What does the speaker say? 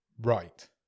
Right